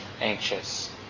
anxious